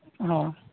ᱚᱻ